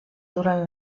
durant